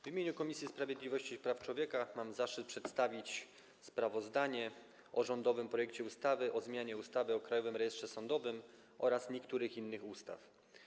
W imieniu Komisji Sprawiedliwości i Praw Człowieka mam zaszczyt przedstawić sprawozdanie o rządowym projekcie ustawy o zmianie ustawy o Krajowym Rejestrze Sądowym oraz niektórych innych ustaw.